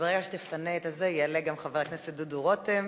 ברגע שתפנה, יעלה גם חבר הכנסת דודו רותם.